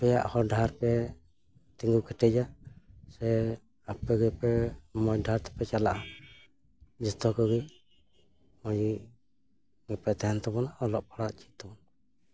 ᱟᱯᱮᱭᱟᱜ ᱦᱚᱨ ᱰᱟᱦᱟᱨ ᱯᱮ ᱛᱤᱸᱜᱩ ᱠᱮᱴᱮᱡᱟ ᱥᱮ ᱟᱯᱮ ᱜᱮᱯᱮ ᱢᱚᱡᱽ ᱰᱟᱦᱟᱨ ᱛᱮᱯᱮ ᱪᱟᱞᱟᱜᱼᱟ ᱡᱚᱛᱚ ᱠᱚᱜᱮ ᱢᱚᱡᱽ ᱜᱮᱯᱮ ᱛᱟᱦᱮᱱ ᱛᱟᱵᱚᱱᱟ ᱚᱞᱚᱜᱼᱯᱟᱲᱦᱟᱜ ᱪᱮᱫ ᱛᱟᱵᱚᱱ ᱯᱮ